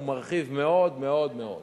הוא מרחיב מאוד מאוד מאוד.